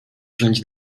rządzi